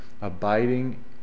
abiding